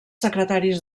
secretaris